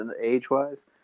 age-wise